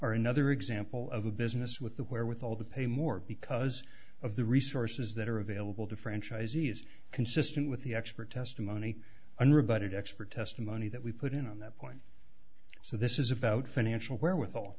are another example of a business with the where with all the pay more because of the resources that are available to franchisees consistent with the expert testimony and rebutted expert testimony that we put in on that point so this is about financial wherewithal